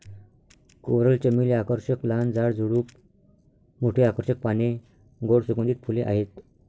coral चमेली आकर्षक लहान झाड, झुडूप, मोठी आकर्षक पाने, गोड सुगंधित फुले आहेत